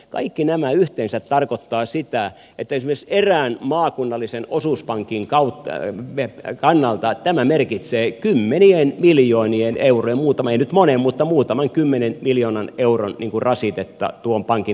kaikki nämä yhteensä tarkoittaa sitä että esimerkiksi erään maakunnallisen osuuspankin kannalta tämä merkitsee kymmenien miljoonien eurojen ei nyt monen mutta muutaman kymmenen miljoonan euron rasitetta tuon pankin toiminnalle